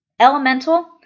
elemental